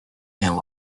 and